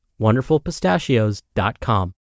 wonderfulpistachios.com